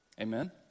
Amen